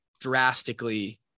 drastically